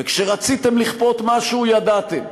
וכשרציתם לכפות משהו, ידעתם.